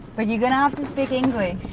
but you're going to have to speak english.